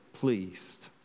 pleased